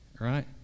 right